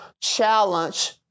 challenge